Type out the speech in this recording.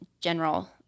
general